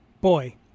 boy